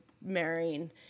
marrying